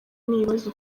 n’ibibazo